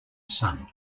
sun